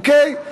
אוקיי?